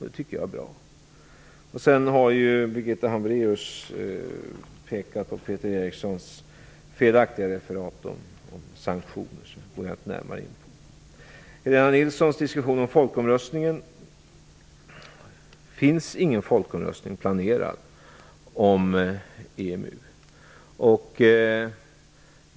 Det tycker jag är bra. Birgitta Hambraeus har pekat på Peter Erikssons felaktiga referat om sanktioner. Därför skall jag inte närmare gå in på det. Helena Nilsson diskuterar en folkomröstning. Det finns ingen folkomröstning planerad om EMU.